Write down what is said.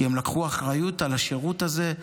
כי הן לקחו אחריות על השירות הזה.